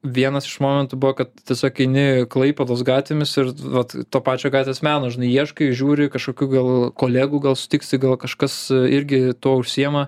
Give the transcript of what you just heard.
vienas iš momentų buvo kad tiesiog eini klaipėdos gatvėmis ir vat to pačio gatvės meno žinai ieškai žiūri kažkokių gal kolegų gal sutiksi gal kažkas irgi tuo užsiima